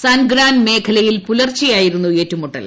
സൻഗ്രാൻ മേഖലയിൽ പുലർച്ചെയായിരുന്നു ഏറ്റുമുട്ടൽ